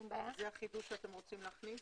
זה החידוש שאתם רוצים להכניס.